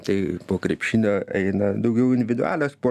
tai po krepšinio eina daugiau individualios spor